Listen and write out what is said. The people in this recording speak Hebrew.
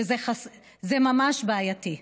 זה ממש בעייתי.